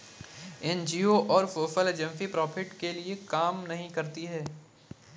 NGO और social agency profit के लिए काम नहीं करती है